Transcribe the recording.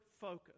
focus